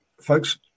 folks